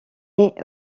est